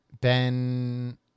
Ben